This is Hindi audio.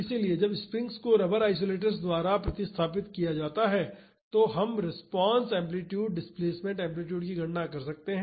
इसलिए जब स्प्रिंग्स को रबर आइसोलेटर्स द्वारा प्रतिस्थापित किया जाता है तो हम रिस्पांस एम्पलीटूड डिस्प्लेसमेंट एम्पलीटूड की गणना कर सकते हैं